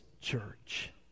church